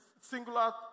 singular